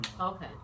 okay